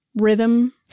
rhythm